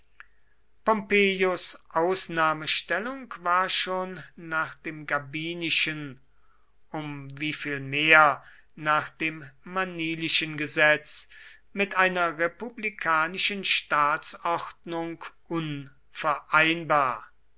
pompeius ausnahmestellung war schon nach dem gabinischen um wie viel mehr nach dem manilischen gesetz mit einer republikanischen staatsordnung unvereinbar